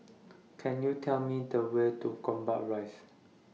Can YOU Tell Me The Way to Gombak Rise